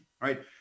right